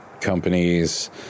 companies